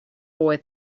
boy